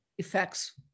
Effects